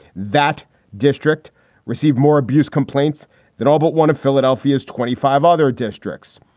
that district received more abuse complaints that all but one of philadelphia's twenty five other districts,